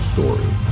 Story